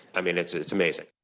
i mean, it's it's amazing.